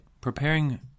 preparing